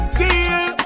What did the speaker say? deal